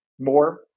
more